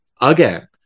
again